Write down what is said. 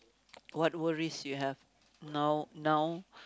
what worries you have now now